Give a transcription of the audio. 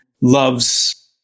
loves